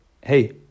hey